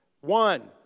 One